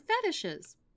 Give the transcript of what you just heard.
fetishes